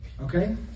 Okay